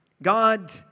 God